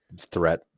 threat